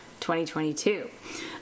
2022